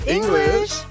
English